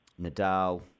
Nadal